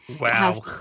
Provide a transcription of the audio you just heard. wow